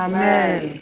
Amen